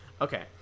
okay